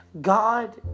God